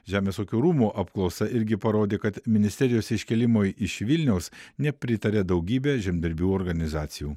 žemės ūkio rūmų apklausa irgi parodė kad ministerijos iškėlimui iš vilniaus nepritarė daugybė žemdirbių organizacijų